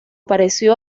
pareció